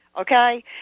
okay